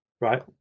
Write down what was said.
Right